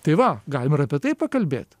tai va galim ir apie tai pakalbėt